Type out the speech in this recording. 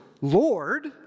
Lord